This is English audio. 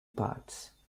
parts